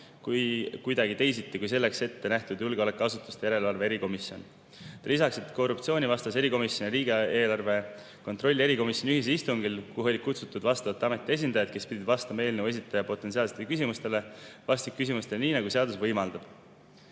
kuidagi teisiti kui selleks ettenähtud julgeolekuasutuste järelevalve erikomisjon. Ta lisas, et korruptsioonivastase erikomisjoni ja [riigi]eelarve kontrolli erikomisjoni ühisistungil, kuhu olid kutsutud vastavate ametite esindajad, kes pidid vastama eelnõu esitaja potentsiaalsetele küsimustele, vastasid nad küsimustele nii, nagu seadus võimaldab.